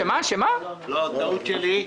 אולי זו טעות שלי.